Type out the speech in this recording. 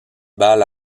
bals